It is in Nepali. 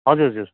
हजुर हजुर